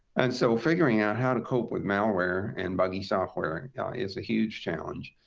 and so figuring out how to cope with malware and buggy software and is a huge challenge.